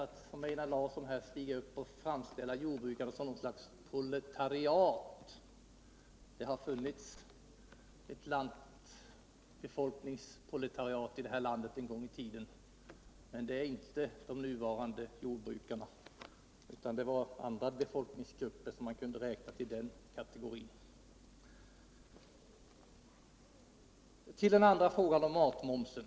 som Einar Larsson gör, stiga upp och framställa jordbrukarna som något slags proletariat. Det har funnits ett lantarbetarbefolkningsproletariat här i landet en gång i tiden, men dit hör inte de nuvarande jordbrukarna, utan det var andra befolkningsgrupper som man kunde räkna till den.kategorin. Så ull den andra frågan, om matmomsen.